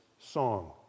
song